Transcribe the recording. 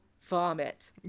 vomit